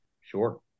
sure